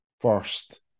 first